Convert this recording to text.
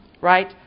right